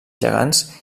gegants